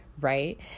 right